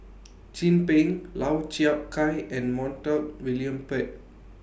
Chin Peng Lau Chiap Khai and Montague William Pett